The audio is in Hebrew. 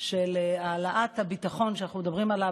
של העלאת הביטחון שאנחנו מדברים עליו